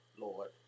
Lord